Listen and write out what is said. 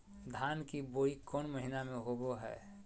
धान की बोई कौन महीना में होबो हाय?